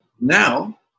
Now